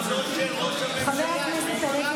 חבר הכנסת קריב,